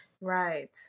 right